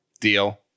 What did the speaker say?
Deal